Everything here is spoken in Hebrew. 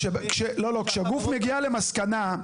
כשגוף מגיע למסקנה,